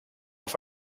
auf